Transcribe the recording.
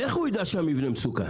איך הוא ידע שהמבנה מסוכן?